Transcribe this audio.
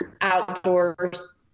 outdoors